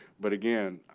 but again,